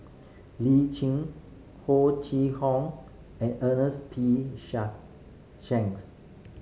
Lee Tjin Ho Chee Kong and Ernest P Shank Shanks